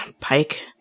Pike